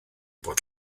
bod